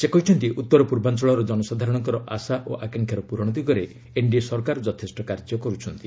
ସେ କହିଛନ୍ତି ଉତ୍ତରାପୂର୍ବାଞ୍ଚଳର ଜନସାଧାରଣଙ୍କ ଆଶା ଓ ଆକାଂକ୍ଷାର ପୁରଣ ଦିଗରେ ଏନ୍ଡିଏ ସରକାର ଯଥେଷ୍ଟ କାର୍ଯ୍ୟ କରୁଛନ୍ତି